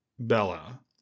Bella